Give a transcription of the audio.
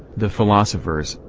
the philosophers,